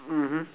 mmhmm